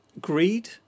greed